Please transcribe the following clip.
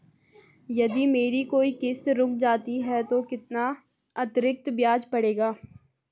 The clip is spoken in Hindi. यदि मेरी कोई किश्त रुक जाती है तो कितना अतरिक्त ब्याज पड़ेगा?